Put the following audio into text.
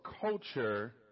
culture